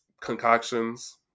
concoctions